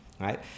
right